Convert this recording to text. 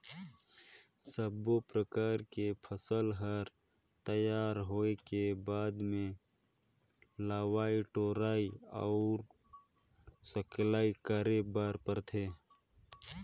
सब्बो परकर के फसल हर तइयार होए के बाद मे लवई टोराई अउ सकेला करे बर परथे